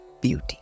beauty